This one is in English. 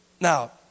Now